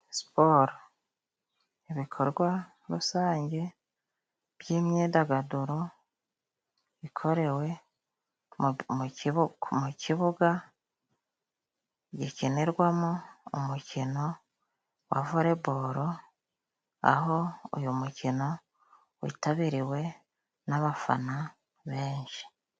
Siporo ibikorwa rusange by'imyidagaduro ikorewe mu kibuga mu kibuga gikinirwamo umukino wa volebolo, aho uyu mukino witabiriwe n'abafana benshi.